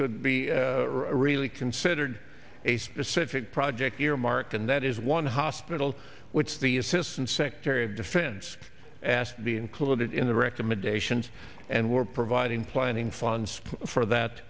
could be really considered a specific project earmark and that is one hospital which the assistant secretary of defense asked to be included in the recommendations and were providing planning funds for that